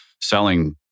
selling